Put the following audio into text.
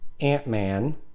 Ant-Man